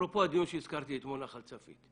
אפרופו הדיון שהזכרתי אתמול, נחל צפית.